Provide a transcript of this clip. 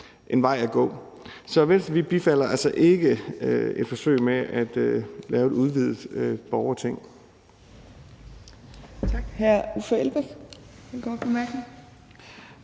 en vej at gå. Så Venstre bifalder altså ikke et forsøg med at lave et udvidet borgerting.